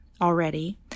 already